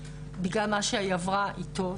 בגלל מה שהיא עברה איתו.